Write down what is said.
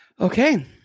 Okay